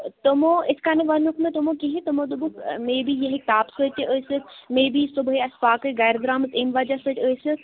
تُمو اِتھ کَنتیٚتھ ووٚنُکھ نہٕ تِمو کِہینۍ تٕمو دوٚپُکھ مے بی یہِ ہیٚکہِ تاپہٕ سۭتۍ تہِ ٲستِھ مے بی صبحٲے آسہِ فاکَٕے گَرِ درٛامٕژ اَمہِ وجہ سۭتۍ ٲستِھ